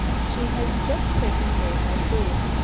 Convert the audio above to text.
she has just taken away my food.